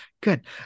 good